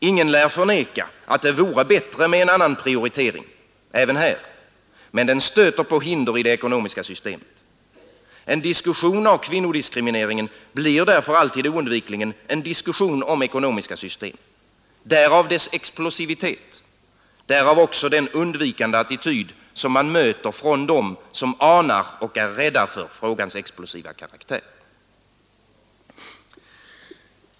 Ingen lär kunna förneka att det vore bättre med en annan prioritering även här, men den stöter på hinder i det ekonomiska systemet. En diskussion av kvinnodiskrimineringen blir därför alltid oundvikligen också en diskussion om ekonomiska system. Därav dess explosivitet. Därav också den undvikande attityd som man möter från dem som anar — och är rädda för — frågans explosiva karaktär.